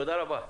תודה רבה.